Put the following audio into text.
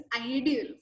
ideal